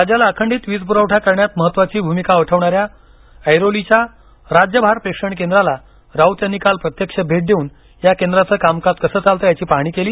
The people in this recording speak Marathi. राज्याला अखंडीत वीज प्रवठा करण्यात महत्वाची भूमिका वठविणाऱ्या ऐरोलीच्या राज्य भार प्रेषण केंद्राला राऊत यांनी काल प्रत्यक्ष भेट देऊन या केंद्राचं कामकाज कसं चालतं याची पाहणी केली